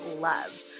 love